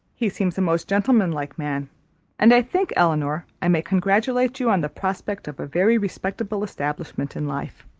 he seems a most gentlemanlike man and i think, elinor, i may congratulate you on the prospect of a very respectable establishment in life.